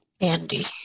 Andy